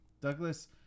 Douglas